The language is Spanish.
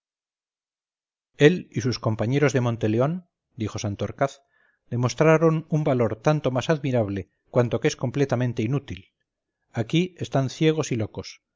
él y sus compañeros de monteleón dijo santorcaz demostraron un valor tanto más admirable cuanto que es completamente inútil aquí están ciegos y locos